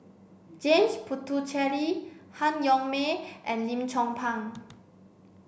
James Puthucheary Han Yong May and Lim Chong Pang